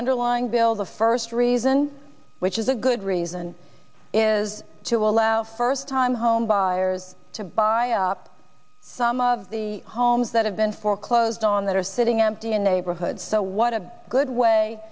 underlying bill the first reason been which is a good reason is to allow first time homebuyers to buy up some of the homes that have been foreclosed on that are sitting empty a neighborhood so what a good way